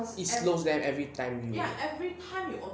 it slows them every time you